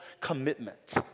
commitment